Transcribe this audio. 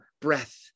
breath